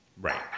Right